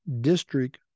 district